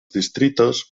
distritos